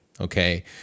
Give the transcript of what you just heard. okay